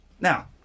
Now